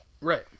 Right